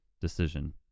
decision